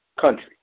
country